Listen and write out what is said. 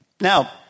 Now